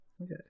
Okay